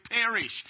perish